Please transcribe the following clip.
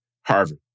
Harvard